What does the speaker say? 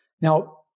Now